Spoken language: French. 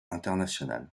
international